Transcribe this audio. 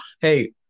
Hey